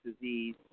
disease